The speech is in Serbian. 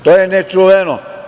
To je nečuveno.